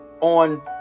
on